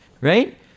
right